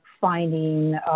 finding